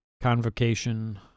Convocation